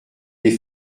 des